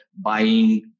buying